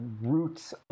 roots